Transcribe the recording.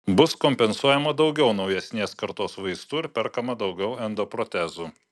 bus kompensuojama daugiau naujesnės kartos vaistų ir perkama daugiau endoprotezų